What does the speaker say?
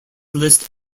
list